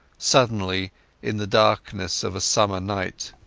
suddenly in the darkness of a summer night.